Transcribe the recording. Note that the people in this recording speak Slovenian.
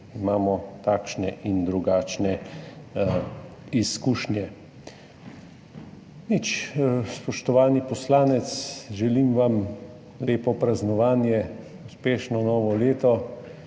Imamo takšne in drugačne izkušnje. Spoštovani poslanec, želim vam lepo praznovanje, uspešno novo leto